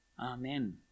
Amen